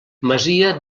masia